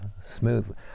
smoothly